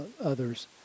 others